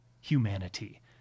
humanity